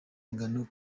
ingano